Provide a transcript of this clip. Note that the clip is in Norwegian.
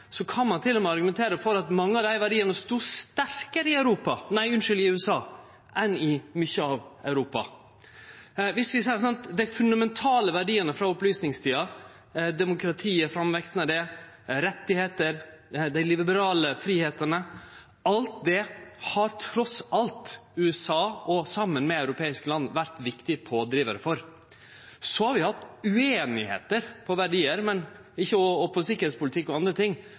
USA enn i mykje av Europa. Vi kan seie at fundamentale verdiar frå opplysningstida, framveksten av demokratiet, rettar, dei liberale fridomane – alt det har trass i alt USA saman med europeiske land vore viktige pådrivarar for. Så har vi hatt ueinigheit om verdiar og om sikkerheitspolitikk og andre ting,